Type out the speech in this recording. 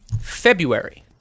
February